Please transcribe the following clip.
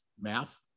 math